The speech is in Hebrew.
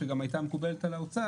שגם הייתה מקובלת על האוצר,